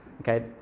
Okay